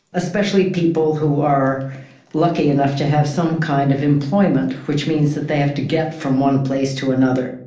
especially people who are lucky enough to have some kind of employment, which means that they have to get from one place to another.